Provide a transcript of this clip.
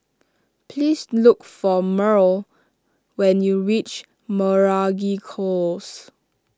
please look for Myrle when you reach Meragi Close